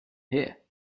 here